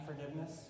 forgiveness